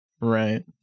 Right